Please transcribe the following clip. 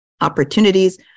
opportunities